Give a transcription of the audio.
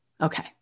Okay